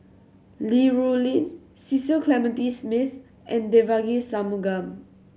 Li Rulin Cecil Clementi Smith and Devagi Sanmugam